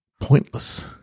pointless